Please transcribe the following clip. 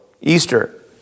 Easter